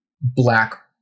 black